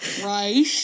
right